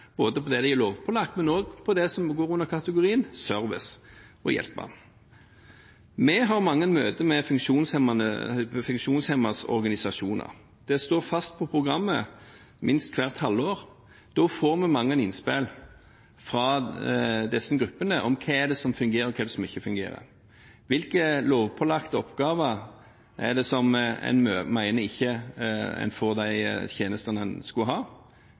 både innenfor det de er lovpålagt, og innenfor det som går under kategorien service, det å hjelpe. Vi har mange møter med de funksjonshemmedes organisasjoner. Det står fast på programmet minst hvert halvår. Da får vi mange innspill fra disse gruppene om hva som fungerer, og hva som ikke fungerer – hvilke tjenester og lovpålagte oppgaver de mener de ikke får, som